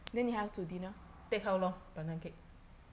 take how long pandan cake